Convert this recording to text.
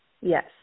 Yes